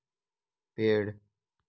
पेड़